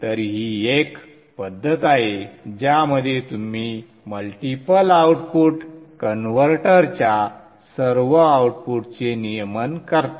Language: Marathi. तर ही एक संदर्भ वेळ 1922 पद्धत आहे ज्यामध्ये तुम्ही मल्टिपल आउटपुट कन्व्हर्टरच्या सर्व आउटपुटचे नियमन करता